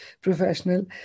professional